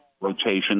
rotation